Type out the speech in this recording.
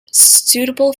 suitable